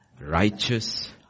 righteous